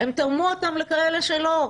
לכאלה שצריכים,